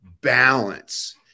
balance